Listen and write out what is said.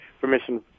permission